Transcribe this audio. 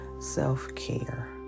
self-care